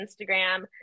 Instagram